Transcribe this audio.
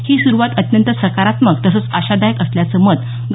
ही सुरुवात अत्यंत सकारात्मक तसंच आशादायक असल्याचं मत डॉ